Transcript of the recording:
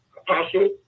Apostle